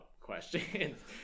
questions